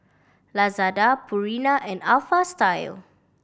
Lazada Purina and Alpha Style